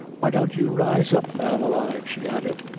why don't you rise up, man alive, she added,